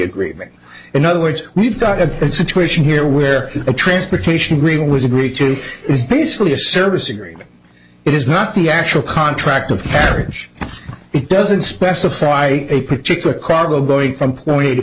agreement in other words we've got a situation here where a transportation green was agreed to is basically a service agreement it is not the actual contract of carriage it doesn't specify a particular cargo going from point a to